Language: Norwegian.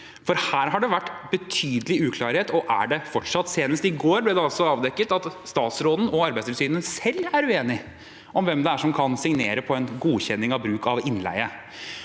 for her har det vært betydelig uklarhet og er det fortsatt. Senest i går ble det avdekket at statsråden og Arbeidstilsynet selv er uenige om hvem som kan signere på godkjenning av bruk av innleie.